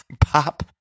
pop